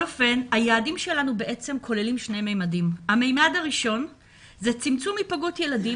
היעדים שלנו כוללים שני ממדים: הממד הראשון זה צמצום היפגעות ילדים,